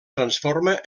transforma